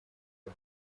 the